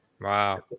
wow